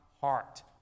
heart